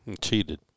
Cheated